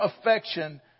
affection